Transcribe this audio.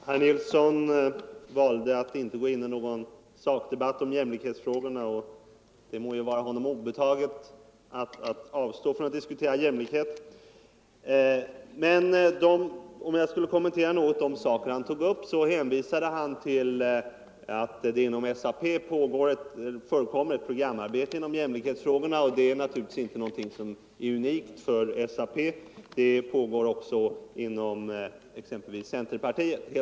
Fru talman! Herr Nilsson i Östersund valde att inte gå in i någon sakdebatt om jämlikhetsfrågorna, och det må vara honom obetaget att avstå från att diskutera jämlikhet. Men om jag något skulle kommentera de synpunkter som herr Nilsson tog upp, så hänvisade han till att det inom SAP förekommer ett programarbete rörande jämlikhetsfrågorna. Det är ju ingenting unikt för SAP —- ett sådant arbete pågår helt naturligt också inom exempelvis centerpartiet.